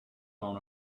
blown